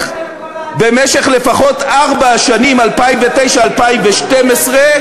במשך לפחות ארבע השנים, 2009 2012,